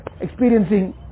experiencing